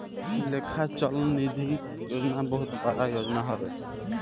लेखा चल निधी योजना बहुत बड़ योजना हवे